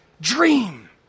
dream